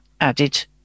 added